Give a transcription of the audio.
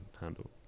handle